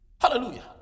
hallelujah